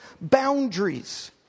boundaries